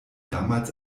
damals